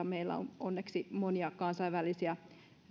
meillä on onneksi monia kansainvälisiä